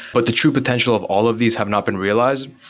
but the true potential of all of these have not been realized.